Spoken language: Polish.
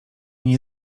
nie